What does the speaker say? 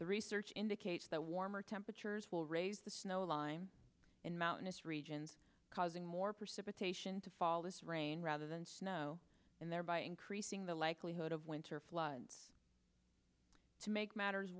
the research indicates that warmer temperatures will raise the snow line in mountainous regions causing more precipitation to fall this rain rather than snow and thereby increasing the likelihood of winter floods to make matters